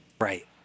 Right